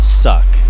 suck